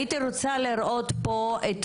הייתי רוצה לראות פה את